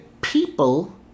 people